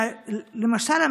למשל,